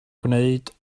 gwneud